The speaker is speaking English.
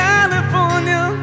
California